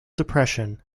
depression